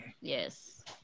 Yes